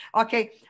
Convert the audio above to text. Okay